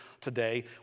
today